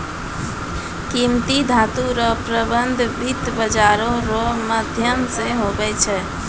कीमती धातू रो प्रबन्ध वित्त बाजारो रो माध्यम से हुवै छै